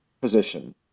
position